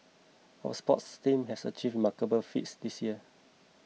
our sports teams have achieved remarkable feats this year